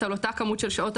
על הזקנה במסדרון,